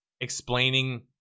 explaining